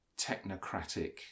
technocratic